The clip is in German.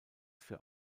für